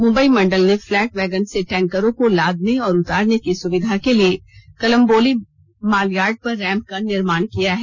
मुंबई मंडल ने flat wagon से टैंकरों को लादने और उतारने की सुविधा के लिए कलंबोली माल यार्ड पर रैंप का निर्मोण किया है